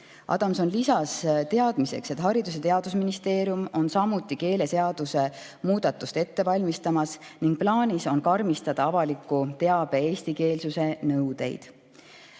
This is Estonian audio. Adamson lisas meile teadmiseks, et Haridus- ja Teadusministeerium valmistab samuti keeleseaduse muudatust ette ning plaanis on karmistada avaliku teabe eestikeelsuse nõudeid.